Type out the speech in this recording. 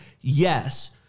Yes